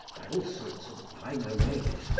by all sorts of finer ways,